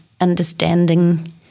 understanding